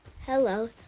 hello